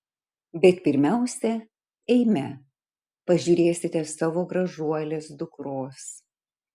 bet pirmiausia eime pažiūrėsite savo gražuolės dukros